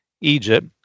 Egypt